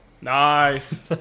Nice